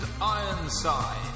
Ironside